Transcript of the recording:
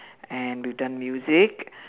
and we've done music